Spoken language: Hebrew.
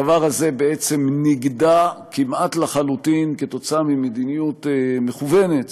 הדבר הזה בעצם נגדע כמעט לחלוטין כתוצאה ממדיניות מכוונת,